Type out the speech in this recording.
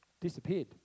Disappeared